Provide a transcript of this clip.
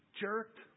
jerked